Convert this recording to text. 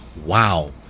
Wow